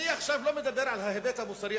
אני לא מדבר עכשיו על ההיבט המוסרי,